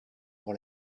pour